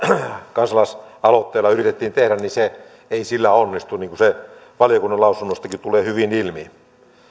kansalaisaloitteella yritettiin tehdä niin se ei sillä onnistu niin kuin valiokunnan lausunnostakin tulee hyvin ilmi